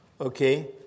Okay